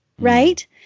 Right